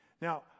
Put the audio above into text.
Now